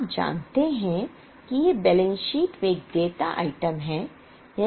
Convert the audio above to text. आप जानते हैं कि यह बैलेंस शीट में एक देयता आइटम है